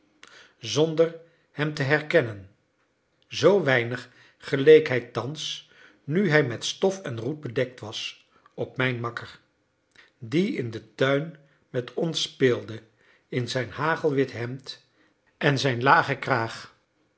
zonder hem te herkennen zoo weinig geleek hij thans nu hij met stof en roet bedekt was op mijn makker die in den tuin met ons speelde in zijn hagelwit hemd en zijn lagen kraag